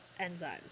enzymes